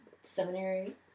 seminary